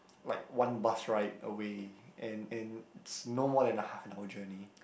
like one bus ride away and and it's no more than a half hour journey